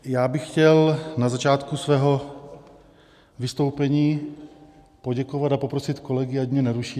Já bych chtěl na začátku svého vystoupení poděkovat a poprosit kolegy, ať mě neruší.